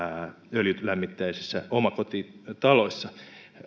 öljylämmitteisissä omakotitaloissa